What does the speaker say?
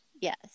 yes